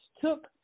took